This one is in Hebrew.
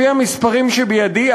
לפי המספרים שבידי,